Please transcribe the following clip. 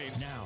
Now